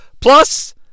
Plus